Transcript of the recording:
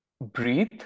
breathe